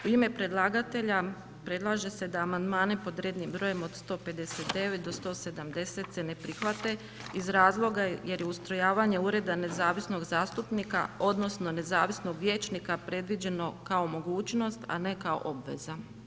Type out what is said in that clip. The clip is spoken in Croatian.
U ime predlagatelja, predlaže se da amandmane pod r. br. od 159.-170. se ne prihvate, iz razloga, jer je ustrojavanje ureda nezavisnog zastupnika odnosno, nezavisnog vijećnika, predviđeno kao mogućnost, a ne kao obveza.